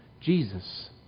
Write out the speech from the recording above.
Jesus